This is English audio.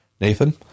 Nathan